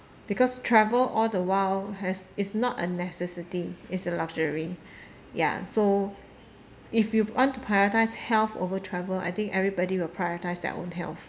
because travel all the while has is not a necessity it's a luxury ya so if you want to prioritise health over travel I think everybody would prioritise their own health